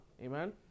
amen